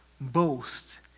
boast